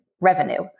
revenue